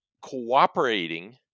cooperating